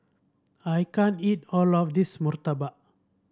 I can't eat all of this murtabak